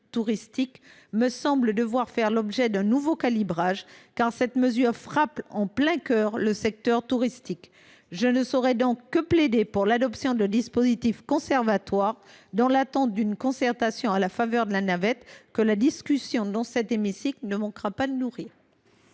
me semble devoir faire l’objet d’un nouveau calibrage, car cette mesure frappe en plein cœur le secteur touristique. Je plaide donc pour l’adoption de dispositifs conservatoires dans l’attente d’une concertation dans le cadre de la navette parlementaire, que la discussion dans cet hémicycle ne manquera pas de nourrir.